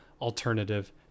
alternative